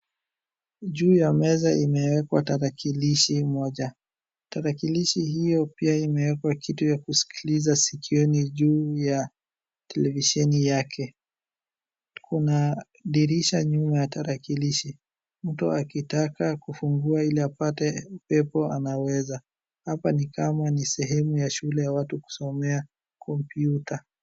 Juu ya meza imewekwa tarakilishi moja. Tarakilishi hiyo pia imewekwa kitu ya kusikiliza sikioni juu ya televisheni yake, kuna dirisha nyuma ya tarakilishi. Mtu akitaka kufungua ili apate upepo anaweza, hapa ni kama sehemu ya shule ya watu kusomea kompyuta.